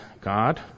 God